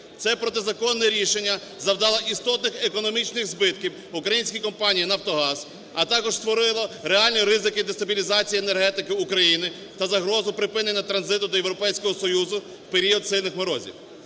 Це протизаконне рішення завдало істотних економічних збитків українській компанії "Нафтогаз", а також створило реальні ризики дестабілізації енергетики України та загрозу припинення транзиту до Європейського Союзу в період сильних морозів.